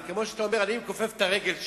זה כמו שאתה אומר: אני מכופף את הרגל שלי.